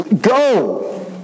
Go